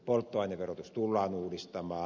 polttoaineverotus tullaan uudistamaan